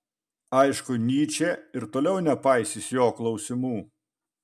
aišku nyčė ir toliau nepaisys jo klausimų